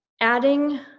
adding